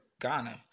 Ghana